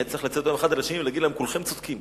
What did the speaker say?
היה צריך לצאת ולהגיד להם: כולכם צודקים,